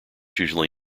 usually